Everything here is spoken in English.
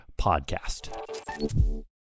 podcast